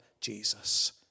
Jesus